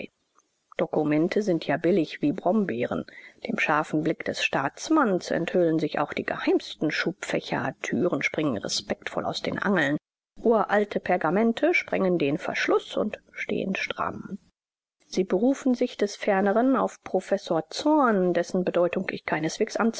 dokumente sind ja billig wie brombeeren dem scharfen blick des staatsmanns enthüllen sich auch die geheimsten schubfächer türen springen respektvoll aus den angeln uralte pergamente sprengen den verschluß und stehen stramm sie berufen sich des ferneren auf professor zorn dessen bedeutung ich keineswegs